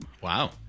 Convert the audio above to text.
Wow